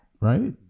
right